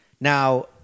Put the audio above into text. Now